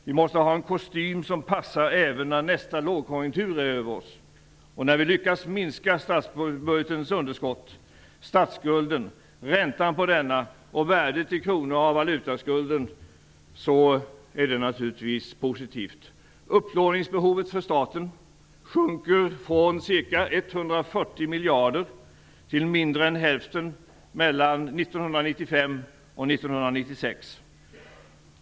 Vi måste ha en kostym som passar även när nästa lågkonjunktur är över oss. När vi lyckas minska statsbudgetens underskott, statsskulden, räntan på denna och värdet i kronor av valutaskulden så är detta naturligtvis positivt. Upplåningsbehovet för staten minskar från ca 140 miljarder till mindre än hälften mellan 1995 och 1996.